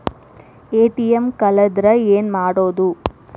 ATM ಕಳದ್ರ ಏನು ಮಾಡೋದು?